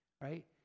right